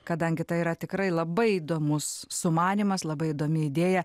kadangi tai yra tikrai labai įdomus sumanymas labai įdomi idėja